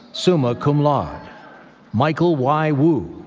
summa cum laude michael y. wu,